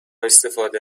استفاده